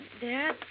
Dad